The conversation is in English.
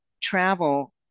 travel